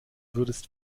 würdest